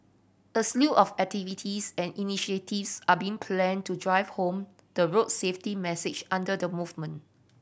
a slew of activities and initiatives are being planned to drive home the road safety message under the movement